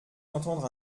entendre